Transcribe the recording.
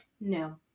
No